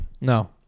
No